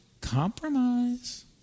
Compromise